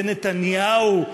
זה נתניהו.